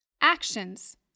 Actions